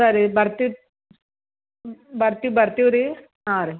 ಸರಿ ಬರ್ತೀವಿ ಬರ್ತೀವಿ ಬರ್ತೀವಿ ರೀ ಹಾಂ ರೀ